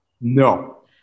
No